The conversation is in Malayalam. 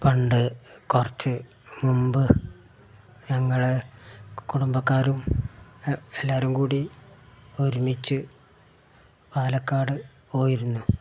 പണ്ട് കുറച്ചു മുൻപ് ഞങ്ങൾ കുടുംബക്കാരും എ എല്ലാവരും കൂടി ഒരുമിച്ച് പാലക്കാട് പോയിരുന്നു